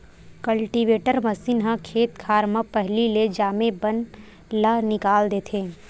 cultivator machine ह खेत खार म पहिली ले जामे बन ल निकाल देथे